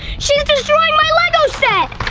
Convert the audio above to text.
she's destroying my lego set!